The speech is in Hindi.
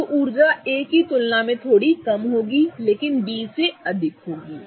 तो ऊर्जा A की तुलना में थोड़ी कम होगी लेकिन B से अधिक ठीक है